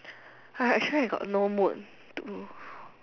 I actually I got no mood to